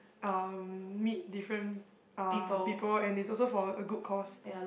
um meet different uh people and it's also for a good cause